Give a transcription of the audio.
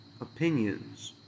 opinions